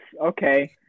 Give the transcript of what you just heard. Okay